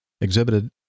exhibited